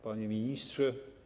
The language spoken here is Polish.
Panie Ministrze!